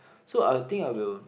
so I'll think I will